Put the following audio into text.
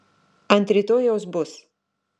ant rytojaus bus